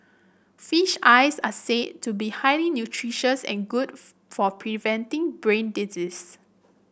fish eyes are said to be highly nutritious and good for preventing brain disease